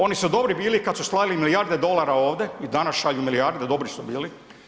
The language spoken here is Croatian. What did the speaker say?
Oni su dobri bili kad su slali milijarde dolara ovde i danas šalju milijarde, dobri su bili.